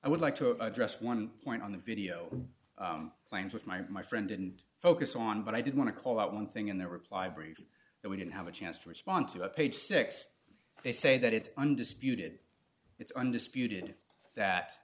i would like to address one point on the video plans with my my friend and focus on but i did want to call out one thing in their reply brief and we didn't have a chance to respond to a page six they say that it's undisputed it's undisputed that